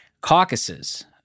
caucuses